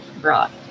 brought